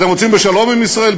אתם רוצים בשלום עם ישראל?